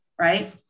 right